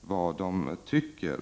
vad de tycker.